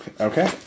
Okay